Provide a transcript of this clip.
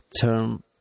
term